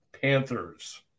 Panthers